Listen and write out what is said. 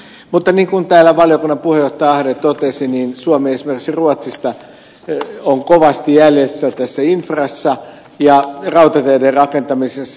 mutta niin kuin täällä valiokunnan puheenjohtaja ahde totesi niin suomi on esimerkiksi ruotsista kovasti jäljessä tässä infrassa ja rautateiden rakentamisessa